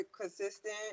consistent